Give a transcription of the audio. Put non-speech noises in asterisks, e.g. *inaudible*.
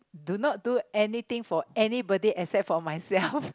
do not do anything for anybody except for myself *laughs*